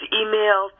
email